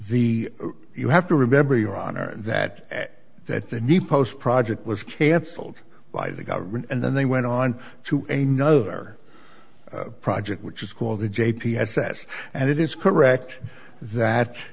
the you have to remember your honor that that the new post project was cancelled by the government and then they went on to a no other project which is called the j p s s and it is correct that